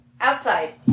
Outside